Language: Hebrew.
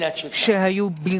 ISRAEL